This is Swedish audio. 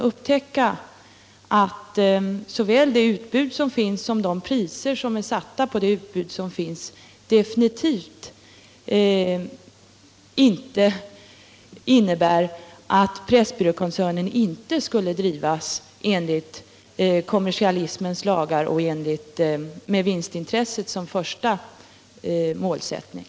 Varken utbudet eller de priser man satt på detta utbud talar för att Pressbyrån inte skulle drivas med vinsten som första målsättning och enligt kommersialismens lagar.